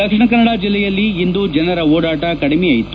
ದಕ್ಷಿಣ ಕನ್ನಡ ಜಿಲ್ಲೆಯಲ್ಲಿ ಇಂದು ಜನರ ಓಡಾಟ ಕಡಿಮೆಯೇ ಇತ್ತು